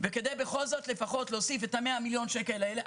וכדי בכל זאת לפחות להוסיף את ה-100 מיליון שקל האלה,